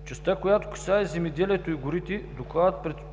В частта, която касае земеделието и горите, докладът представя